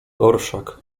orszak